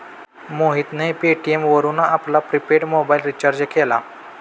मोहितने पेटीएम वरून आपला प्रिपेड मोबाइल रिचार्ज केला